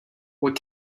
what